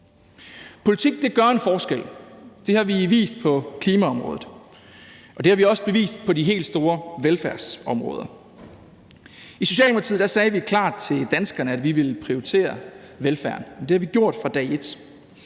Politik gør en forskel. Det har vi vist på klimaområdet, og det har vi også bevist på de helt store velfærdsområder. I Socialdemokratiet sagde vi klart til danskerne, at vi ville prioritere velfærden, og det har vi gjort fra dag et.